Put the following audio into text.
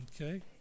okay